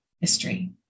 history